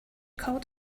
called